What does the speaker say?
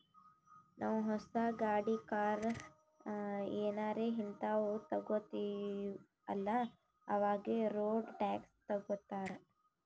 ನಾವೂ ಹೊಸ ಗಾಡಿ, ಕಾರ್ ಏನಾರೇ ಹಿಂತಾವ್ ತಗೊತ್ತಿವ್ ಅಲ್ಲಾ ಅವಾಗೆ ರೋಡ್ ಟ್ಯಾಕ್ಸ್ ತಗೋತ್ತಾರ್